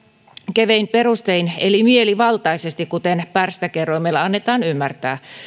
kevein perustein eli mielivaltaisesti kuten pärstäkertoimella annetaan ymmärtää